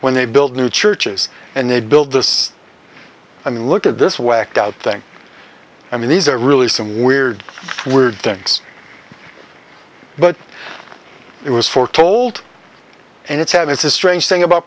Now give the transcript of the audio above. when they build new churches and they'd build this i mean look at this whacked out thing i mean these are really some weird weird things but it was foretold and it's had it's a strange thing about